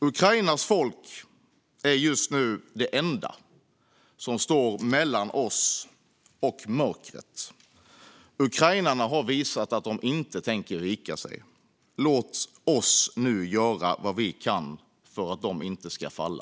Ukrainas folk är just nu det enda som står mellan oss och mörkret. Ukrainarna har visat att de inte tänker vika sig. Låt oss nu göra vad vi kan för att de inte ska falla.